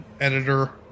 editor